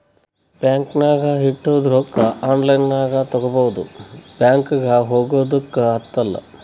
bank ನಾಗ್ ಇಟ್ಟಿದು ರೊಕ್ಕಾ ಆನ್ಲೈನ್ ನಾಗೆ ತಗೋಬೋದು ಬ್ಯಾಂಕ್ಗ ಹೋಗಗ್ದು ಹತ್ತಲ್